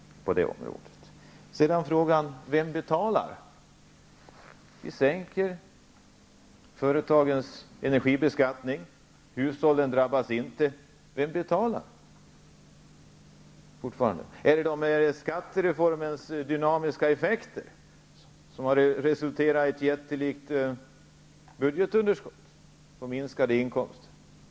Sedan till frågan: Vem betalar? Ni sänker företagens energibeskattning, och hushållen drabbas inte, säger ni. Vem betalar? Är det skattereformens dynamiska effekter som gör det? De har tidigare resulterat i ett jättelikt budgetunderskott och minskade inkomster.